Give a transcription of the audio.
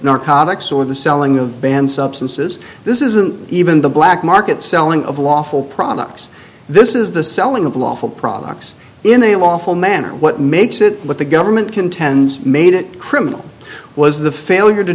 narcotics or the selling of banned substances this isn't even the black market selling of lawful products this is the selling of lawful products in a lawful manner what makes it what the government contends made it criminal was the failure to